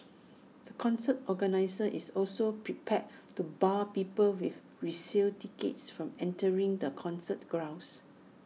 the concert organiser is also prepared to bar people with resale tickets from entering the concert grounds